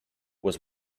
was